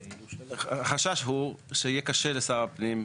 החשש הוא שיהיה קשה לשר הפנים,